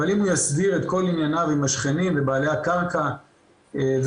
אבל אם הוא יסדיר את כל ענייניו עם השכנים ובעלי הקרקע כו',